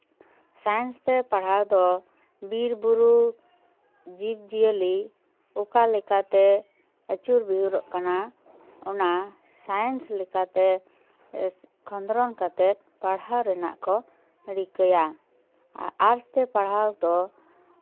science ᱛᱮ ᱯᱟᱲᱦᱟᱣ ᱫᱚ ᱵᱤᱨ ᱵᱩᱨᱩ ᱡᱤᱵᱽ ᱡᱤᱭᱟᱹᱞᱤ ᱚᱠᱟ ᱞᱮᱠᱟᱛᱮ ᱟᱹᱪᱩᱨ ᱵᱤᱦᱩᱨᱚᱜ ᱠᱟᱱᱟ ᱚᱱᱟ ᱥᱟᱭᱮᱱᱥ ᱞᱮᱠᱟᱛᱮ ᱠᱷᱚᱸᱫᱽᱨᱚᱱ ᱠᱟᱛᱮᱫ ᱯᱟᱲᱦᱟᱣ ᱨᱮᱱᱟᱜ ᱠᱚ ᱨᱤᱠᱟᱹᱭᱟ ᱟᱨᱴᱥ ᱛᱮ ᱯᱟᱲᱦᱟᱣ ᱫᱚ